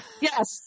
Yes